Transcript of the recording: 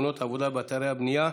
132 ו-159: תאונות העבודה באתרי הבנייה,